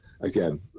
again